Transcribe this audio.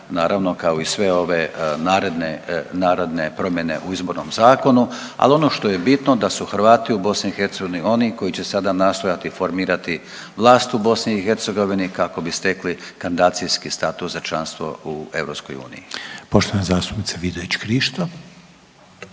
naravno kao i sve ostale naredne promjene u izbornom zakonu, ali ono što je bitno da su Hrvati u BiH oni koji će sada nastojati formirati vlast u BiH kako bi stekli kandidacijski status za članstvo u EU. **Reiner, Željko (HDZ)** Poštovana zastupnica Vidović Krišto.